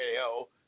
KO